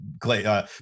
Clay